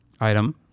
item